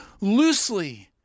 loosely